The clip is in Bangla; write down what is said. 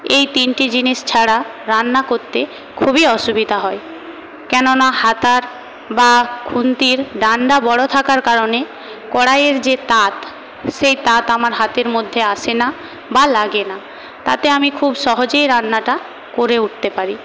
এই তিনটি জিনিস ছাড়া রান্না করতে খুবই অসুবিধা হয় কেননা হাতার বা খুন্তির ডান্ডা বড়ো থাকার কারণে কড়াইয়ের যে তাপ সেই তাপ আমার হাতের মধ্যে আসে না বা লাগে না তাতে আমি খুব সহজেই রান্নাটা করে উঠতে পারি